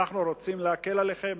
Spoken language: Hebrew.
אנחנו רוצים להקל עליכם,